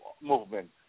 movement